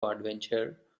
adventure